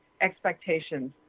expectations